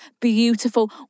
Beautiful